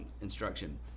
instruction